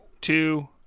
Two